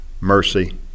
mercy